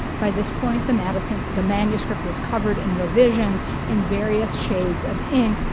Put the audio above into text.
by this point, the madison the manuscript was covered in revisions in various shades of ink,